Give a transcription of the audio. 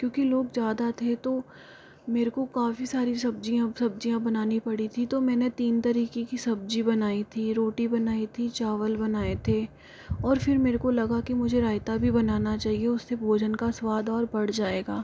क्योंकि लोग ज़्यादा थे तो मेरे को काफी सारी सब्ज़ियाँ सब्ज़ियाँ बनानी पड़ी थी तो मैंने तीन तरीके की सब्ज़ी बनायी थी रोटी बनायी थी चावल बनाए थे और फिर मेरे को लगा की मुझे रायता भी बनाना चाहिए तो उससे भोजन का स्वाद और बढ़ जायेगा